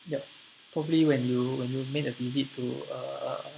yup probably when you when you made a visit to a